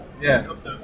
Yes